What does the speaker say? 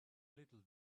little